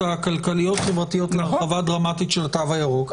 הכלכליות-חברתיות להרחבה דרמטית של התו הירוק,